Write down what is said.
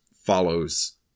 follows